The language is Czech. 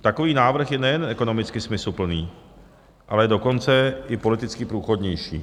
Takový návrh je nejen ekonomicky smysluplný, ale dokonce i politicky průchodnější.